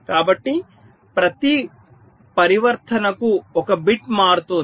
కాబట్టి ప్రతి పరివర్తనకు ఒక బిట్ మారుతోంది